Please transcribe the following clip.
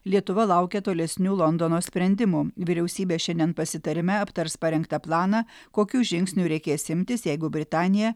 lietuva laukia tolesnių londono sprendimų vyriausybė šiandien pasitarime aptars parengtą planą kokių žingsnių reikės imtis jeigu britanija